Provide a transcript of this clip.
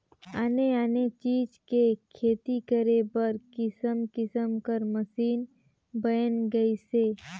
आने आने चीज के खेती करे बर किसम किसम कर मसीन बयन गइसे